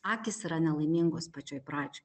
akys yra nelaimingos pačioj pradžioj